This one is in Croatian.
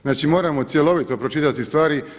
Znači moramo cjelovito pročitati stvari.